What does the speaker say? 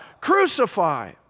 crucify